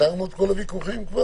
כל הוויכוחים?